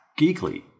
Geekly